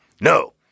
No